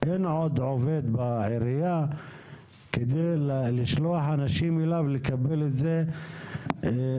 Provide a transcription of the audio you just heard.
אין עוד עובד בעירייה כדי לשלוח אליו אנשים לקבל את זה מחוץ